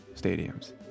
stadiums